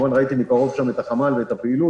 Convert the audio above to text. ראיתי מקרוב את החמ"ל ואת הפעילות,